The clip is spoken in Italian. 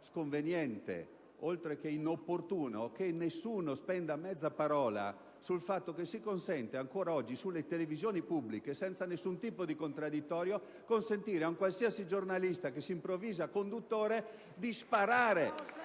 sconveniente, oltre che inopportuno, che nessuno spenda mezza parola sul fatto che si consente ancora oggi sulle televisioni pubbliche, senza alcun tipo di contraddittorio, ad un qualsiasi giornalista che si improvvisa conduttore di sparare...